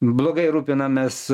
blogai rūpinamės